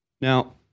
Now